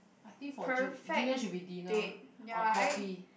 I think for gi~ gillian should be dinner or coffee